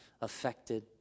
affected